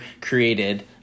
created